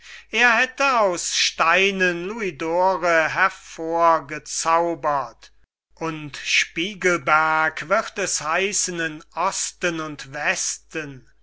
er hätte aus steinen louisd'ore hervorgezaubert und spiegelberg wird es heissen in osten und westen